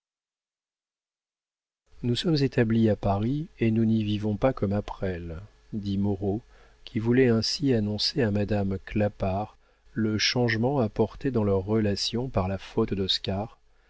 nous sommes établis à paris et nous n'y vivons pas comme à presles dit moreau qui voulait ainsi annoncer à madame clapart le changement apporté dans leurs relations par la faute